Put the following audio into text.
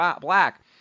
black